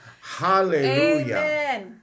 Hallelujah